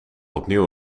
opnieuw